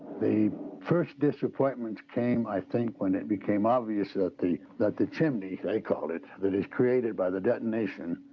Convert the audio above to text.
the first disappointments came, i think, when it became obvious that the that the chimney, they called it, that is created by the detonation,